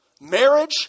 Marriage